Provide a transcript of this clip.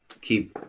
keep